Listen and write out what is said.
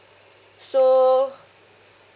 so